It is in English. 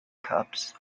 cups